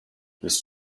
this